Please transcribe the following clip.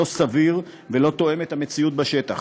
לא סביר ולא תואם את המציאות בשטח.